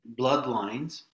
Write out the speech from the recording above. bloodlines